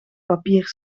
papier